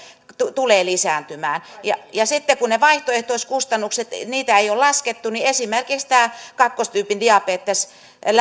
tulee lisääntymään ja ja sitten kun niitä vaihtoehtoiskustannuksia ei ole laskettu niin esimerkiksi tämä kakkostyypin diabeteksen